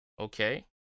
Okay